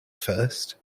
first